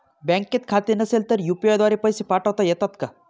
बँकेत खाते नसेल तर यू.पी.आय द्वारे पैसे पाठवता येतात का?